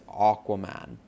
Aquaman